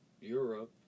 Europe